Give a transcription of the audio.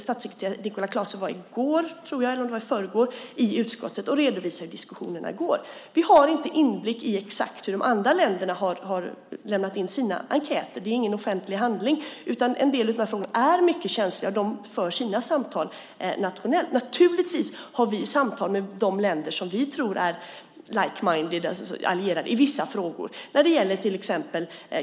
Statssekreterare Nicola Clase var i går - tror jag, eller om det var i förrgår - i utskottet och redovisade diskussionerna. Vi har inte inblick i exakt hur de andra länderna har lämnat in sina enkäter; det är ingen offentlig handling. En del av de här frågorna är mycket känsliga. De för sina samtal nationellt. Naturligtvis för vi samtal med de länder som vi tror är allierade i vissa frågor.